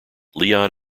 leon